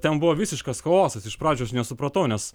ten buvo visiškas chaosas iš pradžių aš nesupratau nes